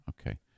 Okay